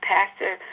Pastor